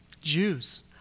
Jews